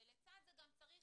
ולצד זה גם צריך